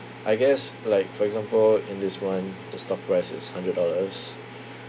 I guess like for example in this one the stock price is hundred dollars